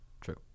true